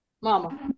Mama